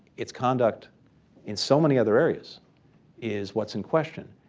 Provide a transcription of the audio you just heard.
its conduct in so many other areas is what's in question.